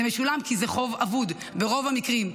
זה משולם, כי זה חוב אבוד ברוב המקרים.